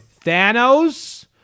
Thanos